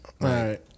right